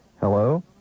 Hello